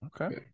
Okay